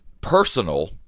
personal